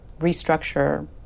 restructure